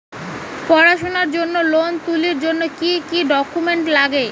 পড়াশুনার জন্যে লোন তুলির জন্যে কি কি ডকুমেন্টস নাগে?